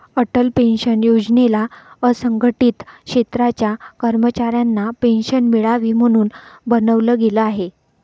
Atal pension योजनेला असंघटित क्षेत्राच्या कर्मचाऱ्यांना पेन्शन मिळावी, म्हणून बनवलं गेलं आहे